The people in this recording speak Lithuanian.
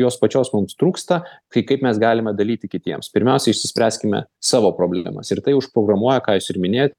jos pačios mums trūksta kai kaip mes galime dalyti kitiems pirmiausia išspręskime savo problemas ir tai užprogramuoja ką jūs ir minėjot